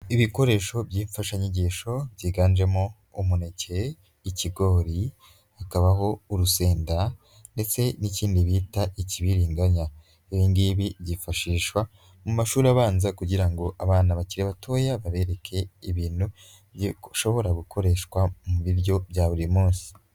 Ibikoresho by'imfashanyigisho byiganjemo, umuneke, ikigori, hakabaho urusenda ndetse n'ikindi bita ikibiringanya. Ibi ngibi byifashishwa mu mashuri abanza kugira ngo abana bakiri batoya babereke ibintu ushobora gukoreshwa mu biryo bya buri munsi.